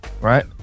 right